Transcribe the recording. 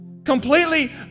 completely